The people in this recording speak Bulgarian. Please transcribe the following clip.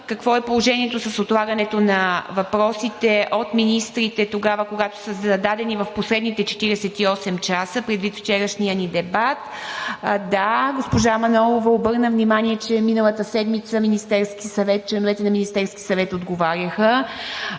какво е положението с отлагането на въпросите от министрите тогава, когато са зададени в последните 48 часа, предвид вчерашния ни дебат. Да, госпожа Манолова обърна внимание, че миналата седмица Министерският съвет – членовете на Министерския съвет, отговаряха,